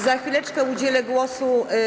Za chwileczkę udzielę głosu.